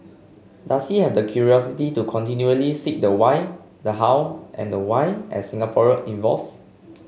does he have the curiosity to continually seek the why the how and the why as Singapore evolves